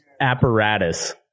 apparatus